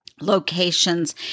locations